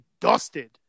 dusted